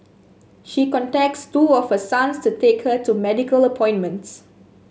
she contacts two of her sons to take her to medical appointments